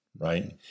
Right